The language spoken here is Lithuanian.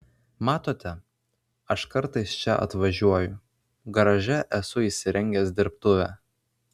matote aš kartais čia atvažiuoju garaže esu įsirengęs dirbtuvę